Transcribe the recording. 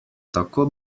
tako